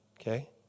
okay